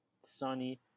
sunny